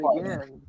again